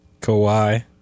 Kawhi